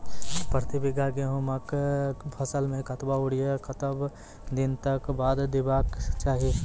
प्रति बीघा गेहूँमक फसल मे कतबा यूरिया कतवा दिनऽक बाद देवाक चाही?